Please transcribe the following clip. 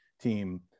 team